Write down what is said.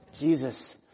Jesus